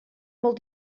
molt